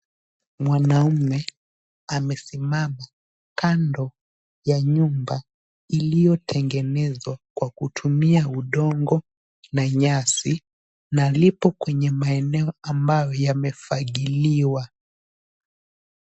Mwanaume amesimama kando ya nyumba iliyotengenezwa kwa kutumia udongo na nyasi na lipo kwenye maeneo ambayo yamefagiliwa.